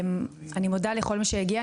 אני מודה לכל מי שהגיע.